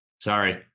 Sorry